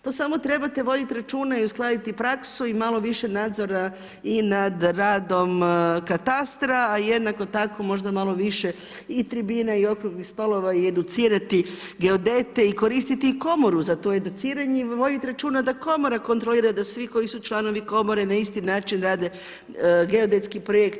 To samo trebate voditi računa i uskladiti praksu i malo više nadzora i nad radom katastra, a jednako tako možda malo više i tribina i okruglih stolova i educirati geodete i koristiti i komoru za to educiranje i vodit računa da komora kontrolira da svi koji su članovi komore na isti način rade geodetski projekt.